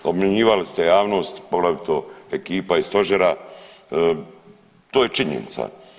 Obmanjivali ste javnost, poglavito ekipa iz stožera, to je činjenica.